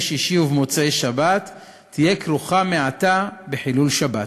שישי ובמוצאי-שבת תהיה כרוכה מעתה בחילול שבת,